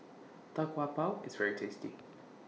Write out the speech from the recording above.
Tau Kwa Pau IS very tasty